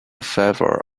favor